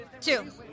Two